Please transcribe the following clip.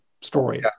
story